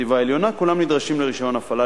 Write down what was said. בחטיבה העליונה כולם נדרשים לרשיון הפעלה,